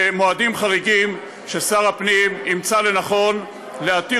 במועדים חריגים ששר הפנים ימצא לנכון להתיר